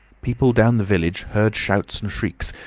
people down the village heard shouts and shrieks,